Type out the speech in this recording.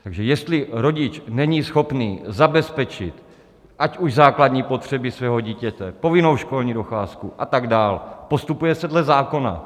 Takže jestli rodič není schopný zabezpečit ať už základní potřeby svého dítěte, povinnou školní docházku a tak dále, postupuje se dle zákona.